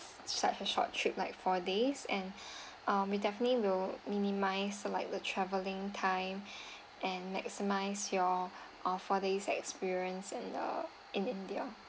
such a short trip like four days and um we definitely will minimise like the travelling time and maximize your ah four days experience in the in india